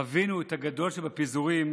חווינו את הגדול שבפיזורים,